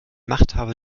machthaber